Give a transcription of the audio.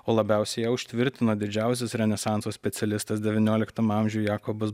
o labiausiai ją užtvirtina didžiausias renesanso specialistas devynioliktam amžiuj jakobas